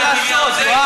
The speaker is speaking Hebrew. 4.2 מיליארד שקל,